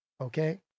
okay